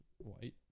White